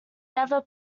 never